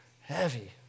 Heavy